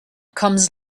comes